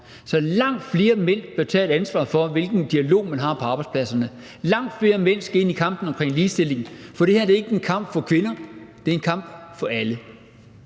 Så langt flere mænd bør tage et ansvar for, hvilken dialog man har på arbejdspladsen; langt flere mænd skal ind i kampen omkring ligestilling. For det her er ikke en kamp for kvinder, det er en kamp for alle.